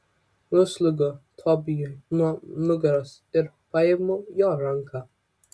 nusliuogiu tobijui nuo nugaros ir paimu jo ranką